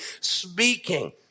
speaking